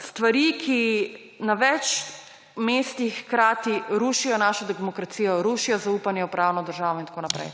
stvari, ki na več mestih hkrati rušijo našo demokracijo, rušijo zaupanje v pravno državo in tako naprej.